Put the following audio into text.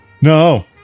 No